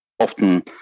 often